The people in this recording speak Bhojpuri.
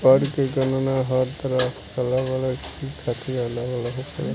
कर के गणना हर तरह के अलग अलग चीज खातिर अलग अलग होखेला